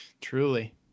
Truly